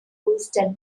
boosted